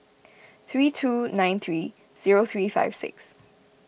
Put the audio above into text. three two nine three zero three five six